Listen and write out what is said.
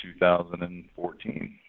2014